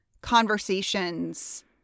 conversations